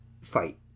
fight